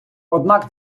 однак